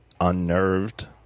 unnerved